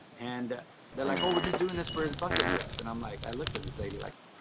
and they're like, oh, we're just doing this for his bucket list. and i'm like, i looked at this lady, like,